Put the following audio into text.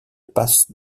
passe